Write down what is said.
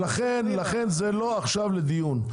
לכן, זה לא עכשיו לדיון.